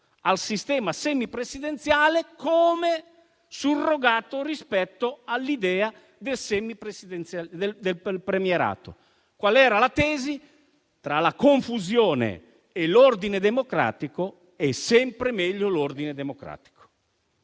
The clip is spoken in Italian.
al sistema semipresidenziale come surrogato rispetto all'idea del premierato. Qual era la tesi? Tra la confusione e l'ordine democratico, è sempre meglio l'ordine democratico.